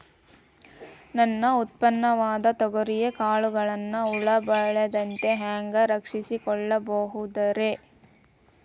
ನನ್ನ ಉತ್ಪನ್ನವಾದ ತೊಗರಿಯ ಕಾಳುಗಳನ್ನ ಹುಳ ಬೇಳದಂತೆ ಹ್ಯಾಂಗ ರಕ್ಷಿಸಿಕೊಳ್ಳಬಹುದರೇ?